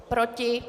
Proti?